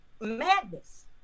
madness